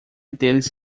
deles